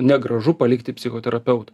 negražu palikti psichoterapeutą